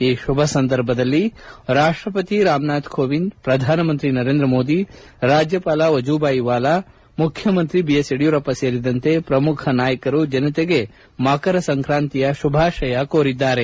ಈ ಶುಭ ಸಂದರ್ಭದಲ್ಲಿ ರಾಷ್ಷಪತಿ ರಾಮನಾಥ್ ಕೋವಿಂದ್ ಪ್ರಧಾನಮಂತ್ರಿ ನರೇಂದ್ರಮೋದಿ ರಾಜ್ಯಪಾಲ ವಜೂಭಾಯಿ ವಾಲಾ ಮುಖ್ಯಮಂತ್ರಿ ಬಿಎಸ್ ಯಡಿಯೂರಪ್ಪ ಸೇರಿದಂತೆ ಪ್ರಮುಖ ನಾಯಕರು ಜನತೆಗೆ ಮಕರ ಸಂಕ್ರಾಂತಿಯ ಶುಭಾಶಯ ಕೋರಿದ್ದಾರೆ